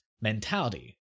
mentality